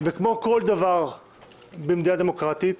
וכמו כל דבר במדינה דמוקרטית,